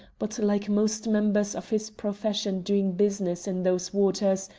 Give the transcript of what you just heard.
but, like most members of his profession doing business in those waters,